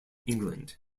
england